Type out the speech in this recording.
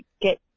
get